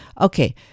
okay